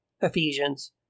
Ephesians